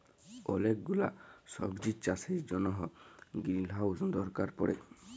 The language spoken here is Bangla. ওলেক গুলা সবজির চাষের জনহ গ্রিলহাউজ দরকার পড়ে